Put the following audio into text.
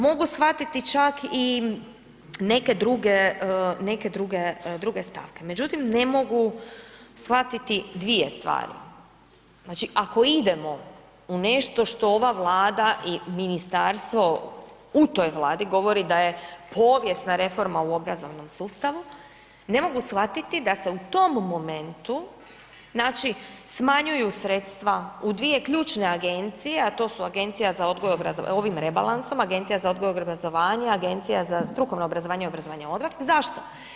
Mogu shvatiti čak i neke druge, neke druge, druge stavke, međutim ne mogu shvatiti dvije stvari, znači ako idemo u nešto što ova Vlada i ministarstvo u toj Vladi govori da je povijesna reforma u obrazovnom sustavu, ne mogu shvatiti da se u tom momentu, znači smanjuju sredstva u dvije ključne agencije, a to su Agencija za odgoj i obrazovanje, ovim rebalansom, Agencija za odgoj i obrazovanje, Agencija za strukovno obrazovanje i obrazovanje odraslih, zašto?